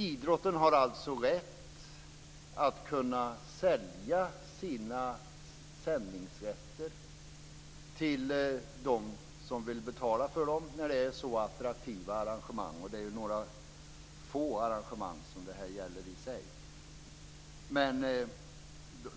Idrotten har alltså rätt att kunna sälja sina sändningsrätter till dem som vill betala för dem när det är attraktiva arrangemang. Det är i sig några få arrangemang som det gäller.